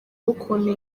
ukuntu